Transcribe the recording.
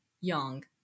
young